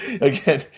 again